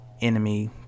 enemy